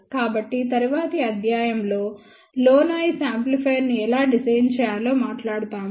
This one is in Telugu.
కాబట్టి తరువాతి అధ్యాయంలో లో నాయిస్ యాంప్లిఫైయర్ను ఎలా డిజైన్ చేయాలో మాట్లాడుతాము